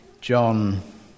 John